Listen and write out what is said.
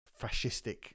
fascistic